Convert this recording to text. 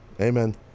Amen